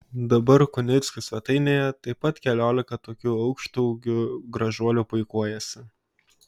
dabar kunickių svetainėje taip pat keliolika tokių aukštaūgių gražuolių puikuojasi